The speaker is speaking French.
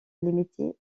limitée